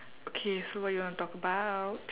okay so what you wanna talk about